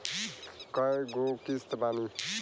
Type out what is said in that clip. कय गो किस्त बानी?